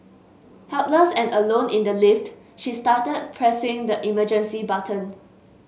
helpless and alone in the lift she started pressing the emergency button